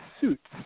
suits